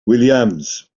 williams